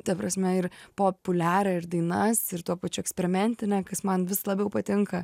ta prasme ir populiarią ir dainas ir tuo pačiu eksperimentinę kas man vis labiau patinka